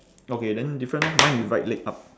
okay then different lor mine with right leg up